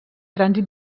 trànsit